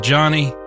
Johnny